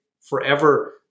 forever